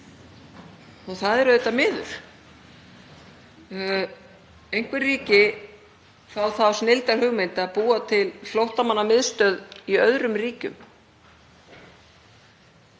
Það er auðvitað miður. Einhver ríki fá þá snilldarhugmynd að búa til flóttamannamiðstöð í öðrum ríkjum.